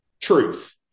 truth